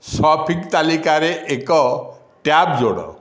shopping ତାଲିକାରେ ଏକ tab ଯୋଡ଼